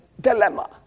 dilemma